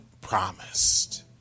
promised